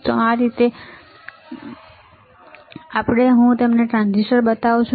હવે ચાલો આગલા પર જઈએ હું તમને ટ્રાંઝિસ્ટર બતાવું છું